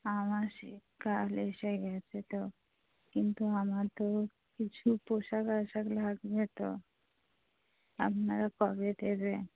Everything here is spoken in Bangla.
আবার শীতকাল এসে গেছে তো কিন্তু আমার তো কিছু পোশাক আশাক লাগবে তো আপনারা কবে দেবে